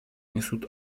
несут